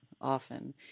often